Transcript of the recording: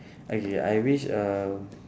okay I wish uh